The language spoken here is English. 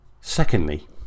Secondly